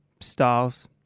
styles